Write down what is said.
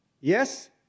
Yes